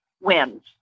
wins